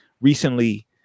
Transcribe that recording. recently